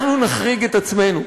אנחנו נחריג את עצמנו.